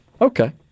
okay